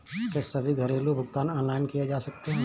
क्या सभी घरेलू भुगतान ऑनलाइन किए जा सकते हैं?